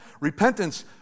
repentance